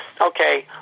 okay